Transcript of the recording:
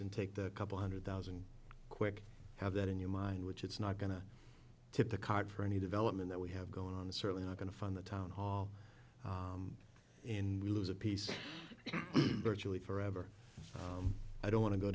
and take the couple hundred thousand quick have that in your mind which it's not going to tip the card for any development that we have going on certainly not going to fund the town hall and we lose a piece virtually forever i don't want to go